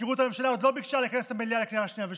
ומזכירות הממשלה עוד לא ביקשה לכנס את המליאה לקריאה שנייה ושלישית,